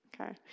Okay